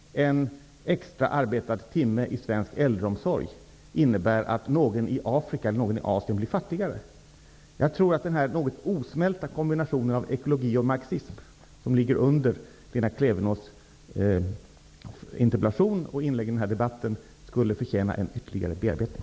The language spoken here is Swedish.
En extra arbetad timme i svensk äldreomsorg innebär inte att någon i Afrika eller Asien blir fattigare. Jag tror att denna något osmälta kombination av ekologi och marxism som ligger bakom Lena Klevenås interpellation och inlägg i denna debatt skulle förtjäna en ytterligare bearbetning.